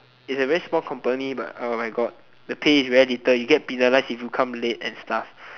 is a very small company but oh my god the pay is very little you get penalised if you come late and stuff